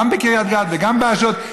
גם בקריית גת וגם באשדוד,